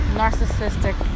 narcissistic